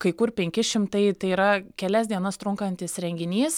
kai kur penki šimtai tai yra kelias dienas trunkantis renginys